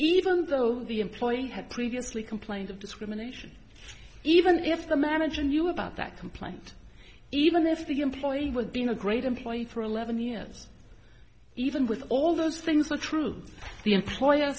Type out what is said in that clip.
even though the employee had previously complained of discrimination even if the manager knew about that complaint even if the employee was been a great employee for eleven years even with all those things were true the employer